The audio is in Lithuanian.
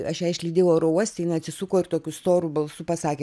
aš ją išlydėjau oro uoste jinai atsisuko ir tokiu storu balsu pasakė